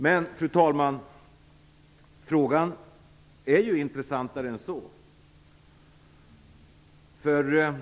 Men, fru talman, frågan är intressantare än så.